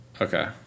okay